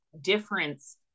difference